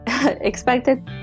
expected